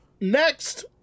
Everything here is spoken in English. Next